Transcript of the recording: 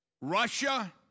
Russia